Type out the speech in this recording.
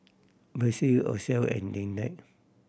Bethzy Ozell and Lynette